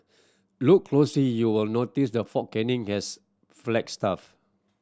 look closely you will notice the Fort Canning has flagstaff